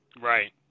Right